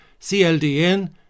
CLDN